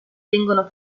vengono